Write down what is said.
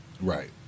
Right